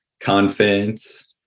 confidence